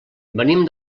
venim